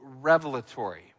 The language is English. revelatory